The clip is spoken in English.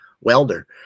welder